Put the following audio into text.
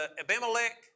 Abimelech